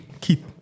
Keith